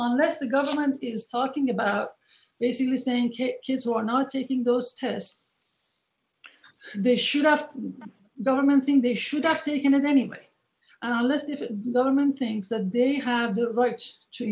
unless the government is talking about basically saying to kids who are not taking those tests they should have the government think they should have taken it anyway and unless if the woman thinks that they have the right to